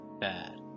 Bad